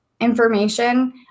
information